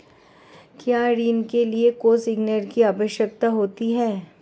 क्या ऋण के लिए कोसिग्नर की आवश्यकता होती है?